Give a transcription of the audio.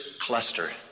cluster